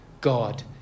God